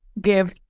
give